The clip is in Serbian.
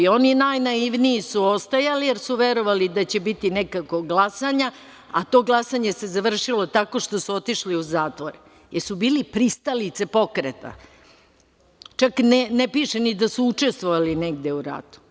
Oni najnaivniji su ostajali jer su verovali da će biti nekakvog glasanja, a to glasanje se završilo tako što su otišli u zatvore, jer su bili pristalice pokreta, čak ne piše ni da su učestvovali negde u ratu.